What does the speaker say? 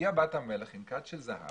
הגיעה בת המלך עם כד של זהב